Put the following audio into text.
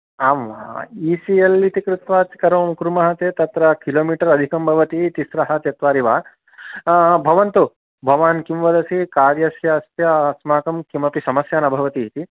आम् E C L इति कृत्वा करोमि कुर्मः चेत् तत्र किलो मिटर् अधिकं भवति तिस्रः चत्वारि वा भवन्तु भवान् किं वदसि कार्यस्य अस्य अस्माकं किमपि समस्या न भवति इति